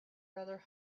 rather